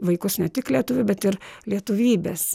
vaikus ne tik lietuvių bet ir lietuvybės